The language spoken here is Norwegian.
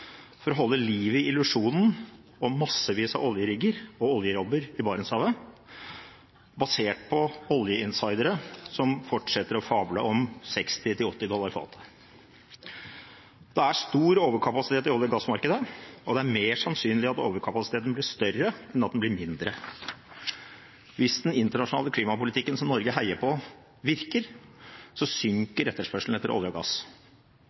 for å holde liv i illusjonen om massevis av oljerigger og oljejobber i Barentshavet, basert på olje-insidere som fortsetter å fable om 60–80 dollar fatet. Det er stor overkapasitet i olje- og gassmarkedet, og det er mer sannsynlig at overkapasiteten blir større, enn at den blir mindre. Hvis den internasjonale klimapolitikken, som Norge heier på, virker, synker etterspørselen etter olje og gass.